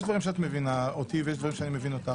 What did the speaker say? יש דברים שאת מבינה אותי ויש דברים שאני מבין אותך,